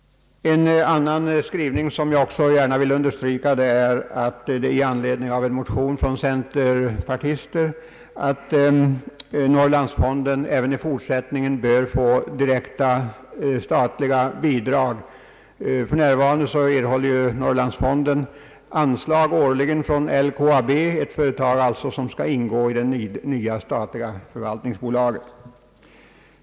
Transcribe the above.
En annan skrivning som jag också gärna vill understryka gäller en motion från centerpartister om att Norrlandsfonden även i fortsättningen bör få direkta statliga bidrag. För närvarande erhåller Norrlandsfonden årligen anslag från LKAB, ett företag som skall ingå i det nya statliga förvaltningsbo laget.